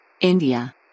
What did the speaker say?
India